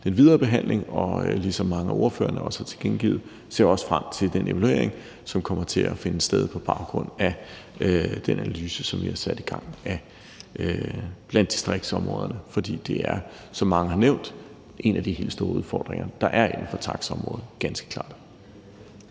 den videre behandling, og ligesom mange af ordførerne har tilkendegivet, ser jeg også frem til den evaluering, som kommer til at finde sted på baggrund af den analyse, vi har sat i gang af landdistriktsområderne, for det er, som mange har nævnt, en af de helt store udfordringer, der er inden for taxaområdet – ganske klart.